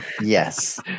Yes